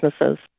businesses